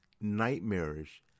nightmarish